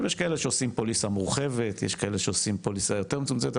יש כאלה שעושים פוליסה מורחבת ויש כאלה שעושים פוליסה יותר מצומצמת,